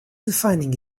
defining